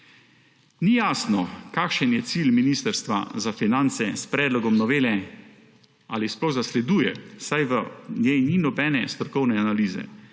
Ni jasno, kakšen je cilj Ministrstva za finance s predlogom novele, ali ga sploh zasleduje, saj v njej ni nobene strokovne analize.